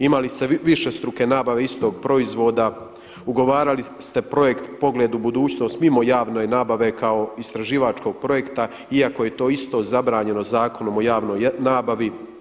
Imali ste višestruke nabave istog proizvoda ugovarali ste projekt „Pogled u budućnost“ mimo javne nabave kao istraživačkog projekta iako je to isto zabranjeno Zakonom o javnoj nabavi.